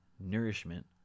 nourishment